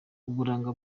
uburanga